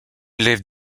élève